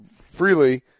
freely